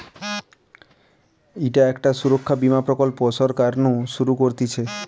ইটা একটা সুরক্ষা বীমা প্রকল্প সরকার নু শুরু করতিছে